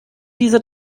diese